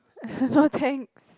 no thanks